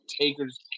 Taker's